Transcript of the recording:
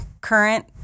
current